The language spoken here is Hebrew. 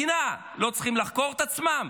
המערכות של המדינה לא צריכות לחקור את עצמן?